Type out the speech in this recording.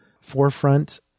forefront